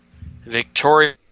Victoria